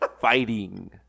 fighting